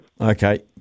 Okay